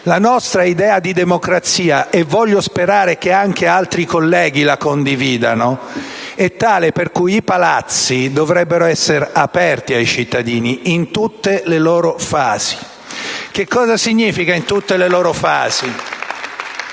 La nostra idea di democrazia - voglio sperare che anche altri colleghi la condividano - è tale per cui i Palazzi dovrebbero essere aperti ai cittadini in tutte le loro fasi. *(Applausi dal Gruppo M5S)*. Cosa significa «in tutte le loro fasi»?